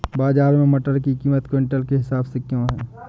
बाजार में मटर की कीमत क्विंटल के हिसाब से क्यो है?